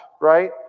right